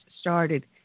started